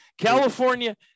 California